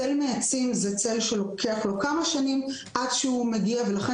צל מהעצים זה צל שלוקח לו כמה שנים עד שהוא מגיע ולכן